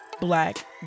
black